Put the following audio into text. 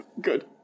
Good